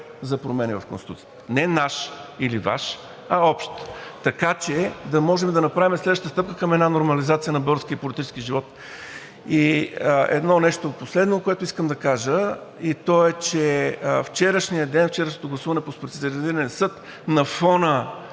за промени в Конституцията. Не наш или Ваш, а общ, така че да можем да направим следващата стъпка към една нормализация на българския политически живот. Едно последно нещо, което искам да кажа, е, че вчерашният ден, вчерашното гласуване по Специализирания съд на фона